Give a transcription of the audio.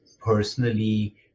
personally